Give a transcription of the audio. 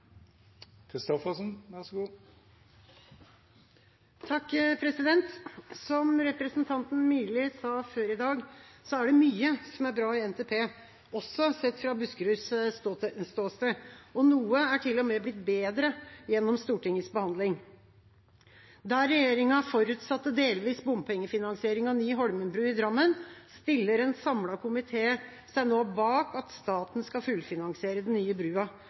mye som er bra i NTP, også sett fra Buskeruds ståsted. Noe er til og med blitt bedre gjennom Stortingets behandling. Der regjeringa forutsatte delvis bompengefinansiering av ny Holmenbru i Drammen, stiller en samlet komité seg nå bak at staten skal fullfinansiere den nye brua.